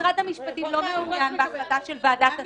משרד המשפטים לא מעורב בהחלטה של ועדת השרים.